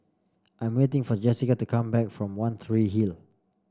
I am waiting for Jesica to come back from One Tree Hill